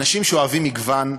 אנשים שאוהבים מגוון,